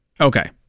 Okay